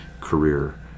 career